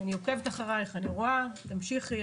אני עוקבת אחרייך, רואה, תמשיכי.